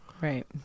right